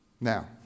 Now